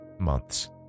months